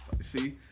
see